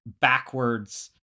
backwards